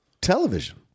television